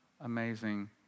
amazing